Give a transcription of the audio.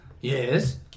Yes